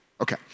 Okay